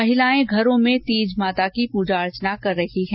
महिलाएं घरों में तीज माता की प्रजा अर्चना कर रही है